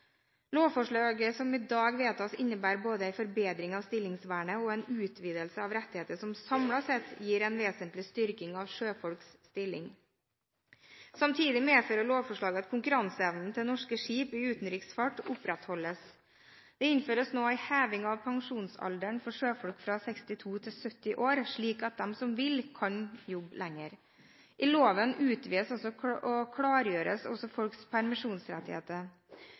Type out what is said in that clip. Lovforslaget som i dag vedtas, innebærer både en forbedring av stillingsvernet og en utvidelse av rettigheter, som samlet sett gir en vesentlig styrking av sjøfolks stilling. Samtidig medfører lovforslaget at konkurranseevnen til norske skip i utenriksfart opprettholdes. Det innføres nå en heving av pensjonsalderen for sjøfolk fra 62 år til 70 år, slik at de som vil, kan jobbe lenger. I loven utvides og klargjøres også folks permisjonsrettigheter.